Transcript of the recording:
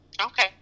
Okay